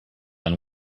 and